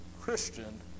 Christian